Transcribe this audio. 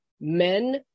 men